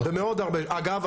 אגב,